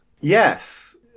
Yes